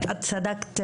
את צדקת,